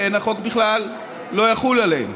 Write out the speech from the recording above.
החוק בכלל לא יחול עליהם.